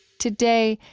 today,